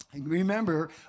Remember